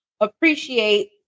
appreciate